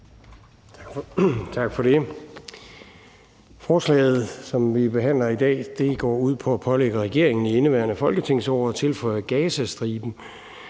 Tak for det. Forslaget, som vi behandler i dag, går ud på at pålægge regeringen i indeværende folketingsår at tilføje Gazastriben